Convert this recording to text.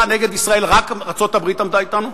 נגד ישראל רק ארצות-הברית עמדה אתנו?